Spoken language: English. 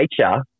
nature